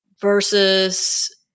versus